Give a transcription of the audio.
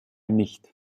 nicht